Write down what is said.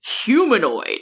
humanoid